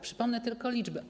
Przypomnę tylko liczby.